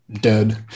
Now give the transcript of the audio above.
dead